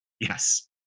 yes